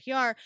PR